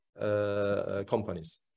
Companies